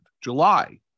July